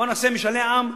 בוא נעשה משאלי עם,